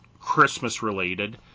Christmas-related